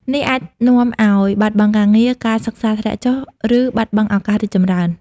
នេះអាចនាំឱ្យបាត់បង់ការងារ ការសិក្សាធ្លាក់ចុះ ឬបាត់បង់ឱកាសរីកចម្រើន។